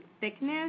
thickness